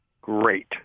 Great